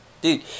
Dude